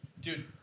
Dude